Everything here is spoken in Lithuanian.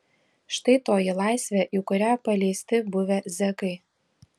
štai toji laisvė į kurią paleisti buvę zekai